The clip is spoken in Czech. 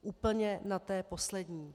Úplně na té poslední.